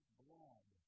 blood